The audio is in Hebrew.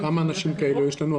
כמה אנשים כאלה יש לנו?